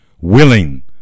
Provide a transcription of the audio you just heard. willing